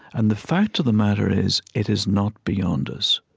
and the fact of the matter is it is not beyond us.